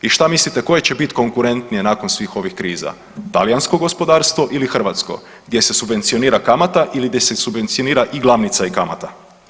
I šta mislite koje će biti konkurentnije nakon svih ovih kriza, talijansko gospodarstvo ili hrvatsko gdje se subvencionira kamata ili gdje se subvencionira i glavnica i kamata?